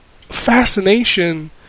fascination